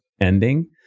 ending